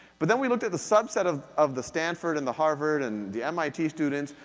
but then we looked at the subset of of the stanford and the harvard and the mit students,